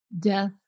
death